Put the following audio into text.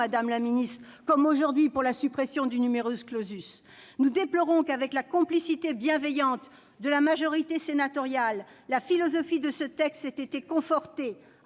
avions raison comme aujourd'hui pour la suppression du ! Nous déplorons que, avec la complicité bienveillante de la majorité sénatoriale, la philosophie de ce texte ait été confortée,